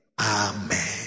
Amen